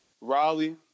Raleigh